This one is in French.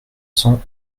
cent